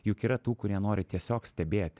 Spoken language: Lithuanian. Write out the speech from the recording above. juk yra tų kurie nori tiesiog stebėti